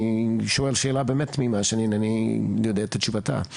אני שואל שאלה באמת תמימה שאני אינני יודע את תשובתה.